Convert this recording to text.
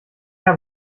habe